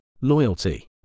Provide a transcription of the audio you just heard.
loyalty